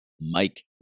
Mike